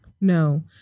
No